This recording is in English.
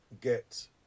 get